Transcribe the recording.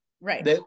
right